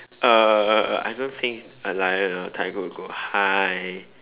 uh I don't think a lion or a tiger would go hi